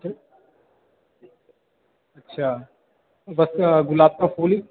sir अच्छा बस गुलाब का फूल ही